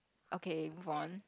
okay move on